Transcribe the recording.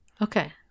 Okay